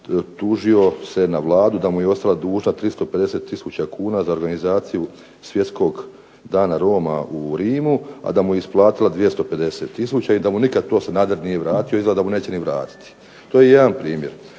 tužio se na Vladu da mu je ostala dužna 350 tisuća kuna za organizaciju Svjetskog dana Roma u Rimu, a da mu je isplatila 250 tisuća i da mu nikada Sanader nije to vratio izgleda da mu neće ni vratiti. To je jedan primjer.